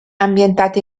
ambientate